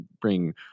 bring